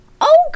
Oh